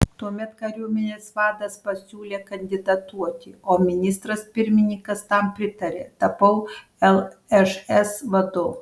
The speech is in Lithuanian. tuomet kariuomenės vadas pasiūlė kandidatuoti o ministras pirmininkas tam pritarė tapau lšs vadu